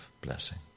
blessing